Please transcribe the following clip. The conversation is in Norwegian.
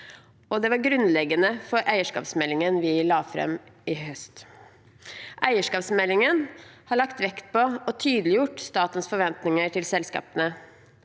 det var grunnleggende for eierskapsmeldingen vi la fram i høst. Eierskapsmeldingen har lagt vekt på og tydeliggjort statens forventninger til selskapene.